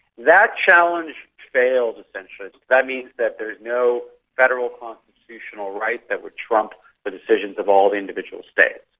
that challenge failed essentially. that means that there is no federal constitutional right that would trump the decisions of all the individual states.